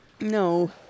No